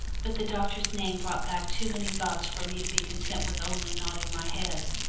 but the doctor's name brought back too many thoughts for me to be content with only nodding my head.